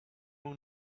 will